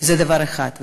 זה דבר אחד.